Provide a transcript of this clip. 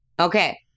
Okay